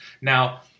Now